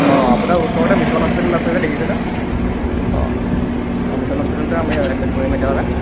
অঁ আপোনাৰ ওচৰতে মিছন হস্পিটেল আছে যে দেখিছেনে অঁ অঁ মিছন হস্পিটেলতে আমি এডমিট কৰিম এতিয়া মানে তাক